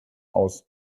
aus